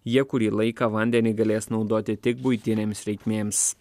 jie kurį laiką vandenį galės naudoti tik buitinėms reikmėms